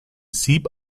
sieb